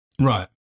Right